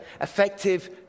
effective